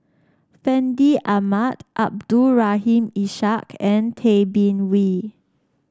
Fandi Ahmad Abdul Rahim Ishak and Tay Bin Wee